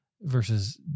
versus